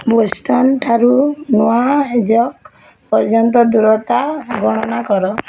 ବୋଷ୍ଟନ୍ଠାରୁ New York ପର୍ଯ୍ୟନ୍ତ ଦୂରତା ଗଣନା କର